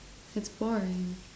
it's boring